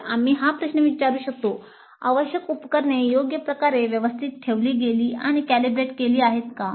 तर आम्ही हा प्रश्न विचारू शकतो आवश्यक उपकरणे योग्य प्रकारे व्यवस्थित ठेवली गेली आणि कॅलिब्रेट केली गेली आहेत का